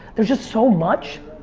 there's just so much.